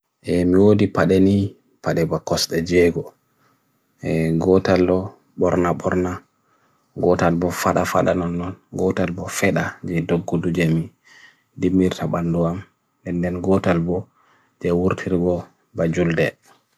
E miwodi pade ni, pade ba koste jego. E gotal lo, borna borna, gotal bo fada fada nanon, gotal bo feda gen to gudu jemi. Dimir sabandu ham, en gen gotal bo te urthir go bhajul de.